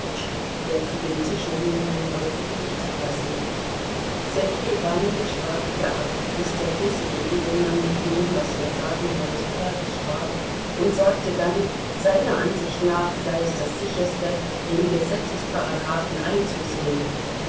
der zu dem tische hingehen wollte durchzulassen sergei iwanowitsch wartete ab bis der bissige edelmann mit dem was er sagen wollte fertig war und sagte dann seiner ansicht nach sei es das sicherste den gesetzesparagraphen einzusehen